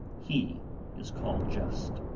he is called just.